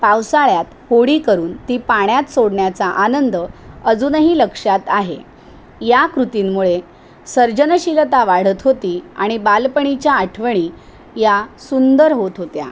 पावसाळ्यात होडी करून ती पाण्यात सोडण्याचा आनंद अजूनही लक्षात आहे या कृतींमुळे सर्जनशीलता वाढत होती आणि बालपणीच्या आठवणी या सुंदर होत होत्या